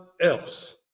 else